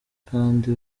kandi